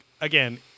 again